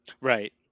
right